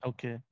Okay